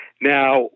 Now